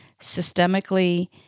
systemically